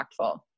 impactful